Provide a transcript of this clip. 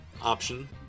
option